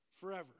forever